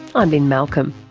and lynne malcolm,